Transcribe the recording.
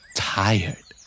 tired